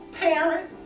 parent